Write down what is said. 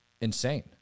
insane